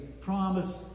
promise